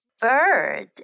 Bird